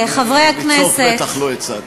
אני לצעוק בטח לא אצעק.